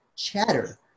chatter